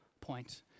point